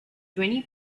twenty